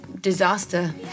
disaster